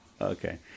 Okay